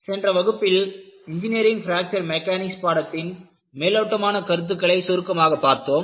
சென்ற வகுப்பில் engineering fracture mechanics பாடத்தின் மேலோட்டமான கருத்துக்களை சுருக்கமாக பார்த்தோம்